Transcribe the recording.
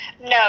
No